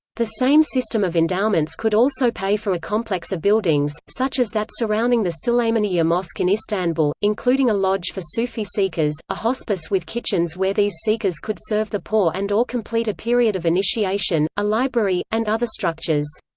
the same system of endowments could also pay for a complex of buildings, such as that surrounding the suleymaniye mosque in istanbul, including a lodge for sufi seekers, a hospice with kitchens where these seekers could serve the poor and or complete a period of initiation, a library, and other structures.